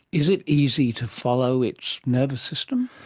is it easy to follow its nervous system?